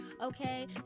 okay